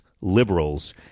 liberals